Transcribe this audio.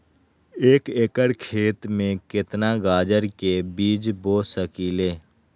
एक एकर खेत में केतना गाजर के बीज बो सकीं ले?